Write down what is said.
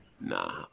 Nah